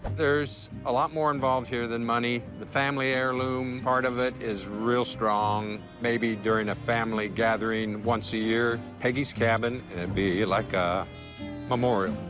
there's a lot more involved here than money. the family heirloom part of it is real strong. maybe during a family gathering once a year, peggy's cabin. and it'd be like a memorial.